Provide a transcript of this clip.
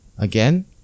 Again